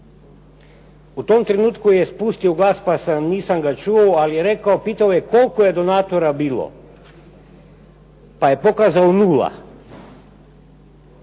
u tom trenutku je spustio glas, pa ga nisam čuo, ali rekao je pitao je koliko je donatora bilo? Pa je pokazao nula.